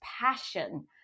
passion